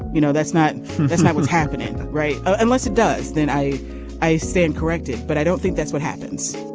you know that's not that's not what's happening right. unless it does then i i stand corrected but i don't think that's what happens